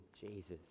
Jesus